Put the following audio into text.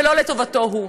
ולא לטובתו שלו.